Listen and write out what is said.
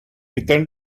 return